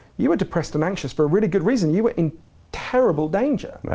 you were depressed and anxious for really good reason, you were in terrible danger.